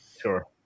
Sure